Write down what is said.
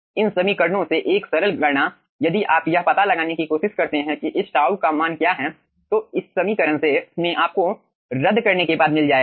इन समीकरणों से एक सरल गणना यदि आप यह पता लगाने की कोशिश करते हैं कि इस टाउ का मान क्या है तो इस समीकरण में आपको रद्द करने के बाद मिल जाएगा